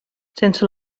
sense